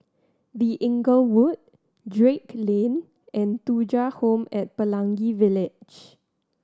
The Inglewood Drake Lane and Thuja Home at Pelangi Village